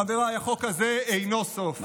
חבריי, החוק הזה אינו סוף.